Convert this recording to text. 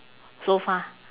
so far